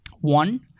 One